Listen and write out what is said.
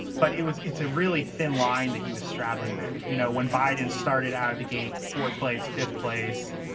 but it was it's a really thin line that he was straddling there. you know, when biden started out of the gate, fourth place, fifth place,